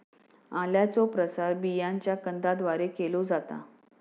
आल्याचो प्रसार बियांच्या कंदाद्वारे केलो जाता